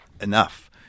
enough